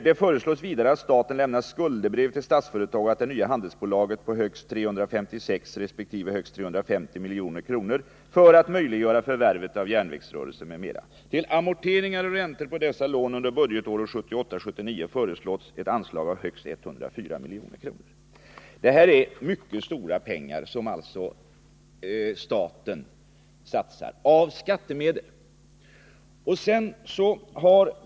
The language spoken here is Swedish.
Det föreslås vidare att staten lämnar skuldebrev till Statsföretag och det nya handelsstålbolaget på högst 356 resp. högst 350 milj.kr. för att möjliggöra förvärvet av järnverksrörelsen m.m. Till amorteringar och räntor på dessa lån under budgetåret 1978/79 föreslås ett anslag av högst 104 milj.kr.” Detta är mycket stora belopp, som staten — av skattemedel — satsar.